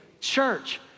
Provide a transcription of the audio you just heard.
church